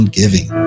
giving